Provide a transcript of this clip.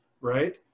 right